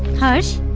harsh.